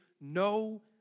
no